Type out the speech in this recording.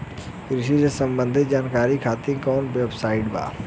कृषि से संबंधित जानकारी खातिर कवन वेबसाइट बा?